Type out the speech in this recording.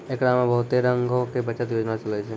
एकरा मे बहुते रंगो के बचत योजना चलै छै